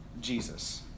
Jesus